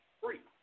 free